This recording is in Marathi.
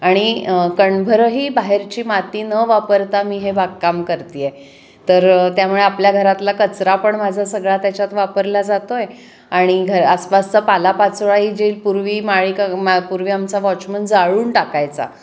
आणि कणभरही बाहेरची माती न वापरता मी हे बागकाम करती आहे तर त्यामुळे आपल्या घरातला कचरा पण माझा सगळा त्याच्यात वापरला जातो आहे आणि घर आसपासचा पालापाचोळाही जे पूर्वी माळी का मा पूर्वी आमचा वॉचमन जाळून टाकायचा